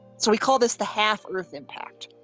so we call this the half-earth impact.